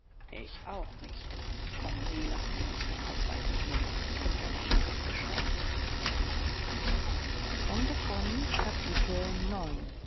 ich auch nicht kommen sie lassen sie uns ein haus weiter gehen ich bin ohnehin abgespannt